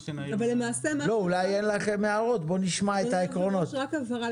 רק הבהרה,